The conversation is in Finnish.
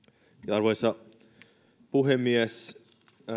arvoisa puhemies